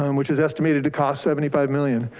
um which is estimated to cost seventy five million.